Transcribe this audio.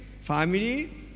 family